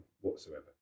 whatsoever